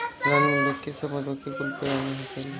रानी मधुमक्खी सब मधुमक्खी कुल के रानी होखेली